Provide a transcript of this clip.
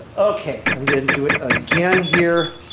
okay, and then do it again here,